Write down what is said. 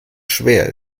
schwer